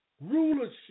rulership